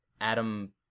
Adam